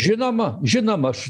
žinoma žinoma aš